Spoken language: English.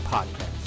Podcast